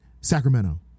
Sacramento